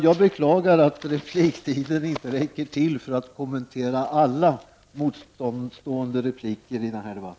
Jag beklagar att repliktiden inte räcker till för att jag skall kunna kommentera alla genmälen i den här debatten.